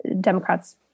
Democrats